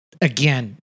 again